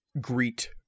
greet